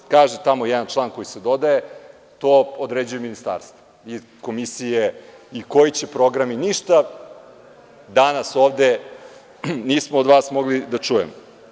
Kaže tamo jedan član koji se dodaje - to određuje ministarstvo, i komisije i koji će programi, ništa danas ovde nismo od vas mogli da čujemo.